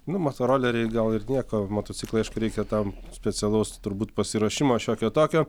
nu motoroleriai gal ir nieko motociklai aišku reikia tam specialaus turbūt pasiruošimo šiokio tokio